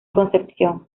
concepción